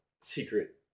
secret